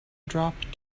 drop